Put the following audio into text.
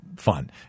fun